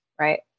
right